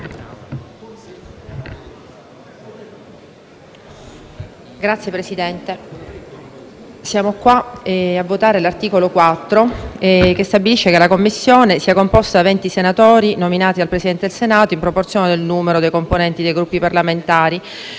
Signor Presidente, siamo qui a votare l'articolo 4 che stabilisce che la Commissione sia composta da venti senatori, nominati dal Presidente del Senato in proporzione del numero dei componenti dei Gruppi parlamentari